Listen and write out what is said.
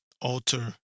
alter